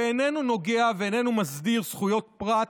ואיננו נוגע ואיננו מסדיר זכויות פרט,